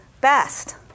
best